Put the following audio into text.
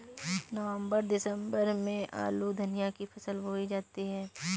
नवम्बर दिसम्बर में आलू धनिया की फसल बोई जाती है?